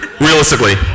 Realistically